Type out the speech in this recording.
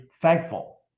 thankful